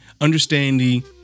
understanding